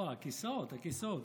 לא, הכיסאות, הכיסאות.